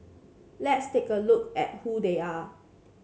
let's take a look at who they are